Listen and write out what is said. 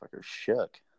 shook